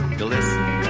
glisten